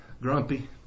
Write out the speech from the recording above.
grumpy